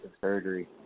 surgery